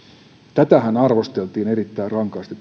käyttämistähän arvosteltiin erittäin rankasti